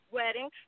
wedding